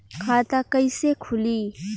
खाता कइसे खुली?